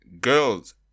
girls